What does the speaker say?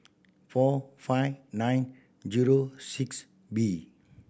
four five nine zero six B